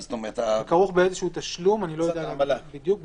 זה כרוך באיזה תשלום, אני לא יודע להגיד בדיוק.